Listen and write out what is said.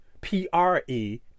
P-R-E